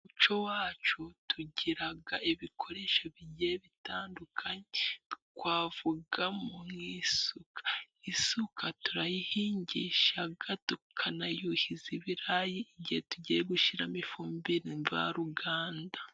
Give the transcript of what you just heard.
Umuco wacu tugira ibikoresho bigiye bitandukanye twavugamo nk' isuka. Isuka turayihingisha tukanayuhiza ibirayi igihe tugiye gushyiramo ifumbire mvaruganda.